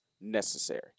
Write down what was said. necessary